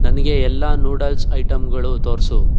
ನನಗೆ ಎಲ್ಲ ನ್ಯೂಡಲ್ಸ್ ಐಟಮ್ಗಳು ತೋರಿಸು